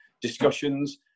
discussions